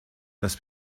dass